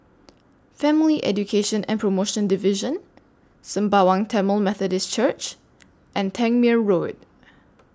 Family Education and promotion Division Sembawang Tamil Methodist Church and Tangmere Road